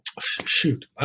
shoot